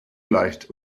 leicht